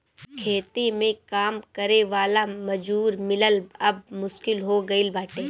खेती में काम करे वाला मजूर मिलल अब मुश्किल हो गईल बाटे